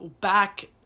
back